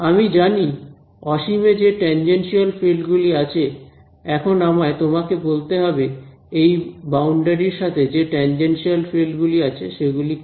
আমি জানি অসীমে যে টেনজেনশিয়াল ফিল্ড গুলি আছে এখন আমায় তোমাকে বলতে হবে এই বাউন্ডারির সাথে যে টেনজেনশিয়াল ফিল্ড গুলি আছে সেগুলি কি